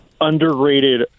underrated